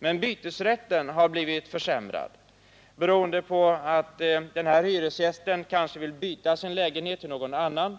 Men bytesrätten har blivit försämrad. Om den här hyresgästen vill byta sin lägenhet mot en annan